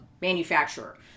manufacturer